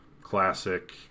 Classic